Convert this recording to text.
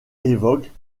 évoquent